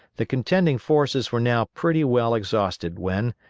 the contending forces were now pretty well exhausted when,